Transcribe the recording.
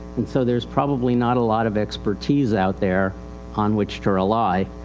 and so thereis probably not a lot of expertise out there on which to rely.